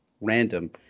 random